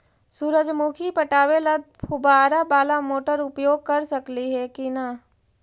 सुरजमुखी पटावे ल फुबारा बाला मोटर उपयोग कर सकली हे की न?